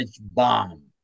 bomb